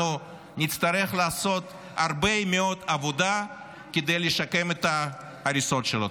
אנחנו נצטרך לעשות הרבה מאוד עבודה כדי לשקם את ההריסות שלו.